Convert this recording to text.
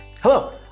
Hello